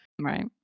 Right